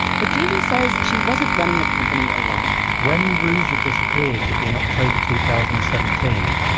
but jamie says she wasn't running the company alone when ruja disappeared in october two thousand and seventeen,